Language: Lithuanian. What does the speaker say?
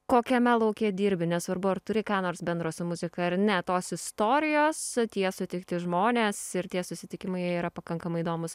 kokiame lauke dirbi nesvarbu ar turi ką nors bendro su muzika ar ne tos istorijos tie sutikti žmonės ir tie susitikimai jie yra pakankamai įdomūs